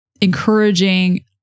encouraging